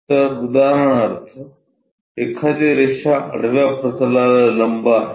तर उदाहरणार्थ एखादी रेषा आडव्या प्रतलाला लंब आहे